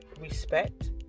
respect